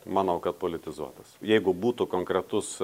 manau kad politizuotas jeigu būtų konkretus